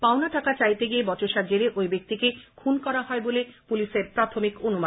পাওনা টাকা চাইতে গিয়ে বচসার জেরে ঐ ব্যক্তিকে খুন করা হয় বলে পুলিশের প্রার্থমিক অনুমান